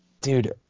dude